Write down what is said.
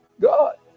God